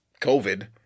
COVID